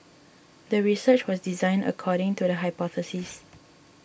the research was designed according to the hypothesis